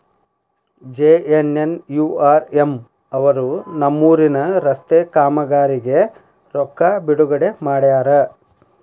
JNNURM ಅವರು ನಮ್ಮೂರಿನ ರಸ್ತೆ ಕಾಮಗಾರಿಗೆ ರೊಕ್ಕಾ ಬಿಡುಗಡೆ ಮಾಡ್ಯಾರ